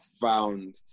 found